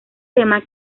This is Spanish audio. tema